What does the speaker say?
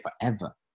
forever